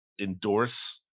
endorse